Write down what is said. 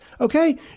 Okay